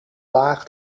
laag